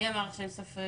מי נמנע?